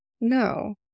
No